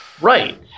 right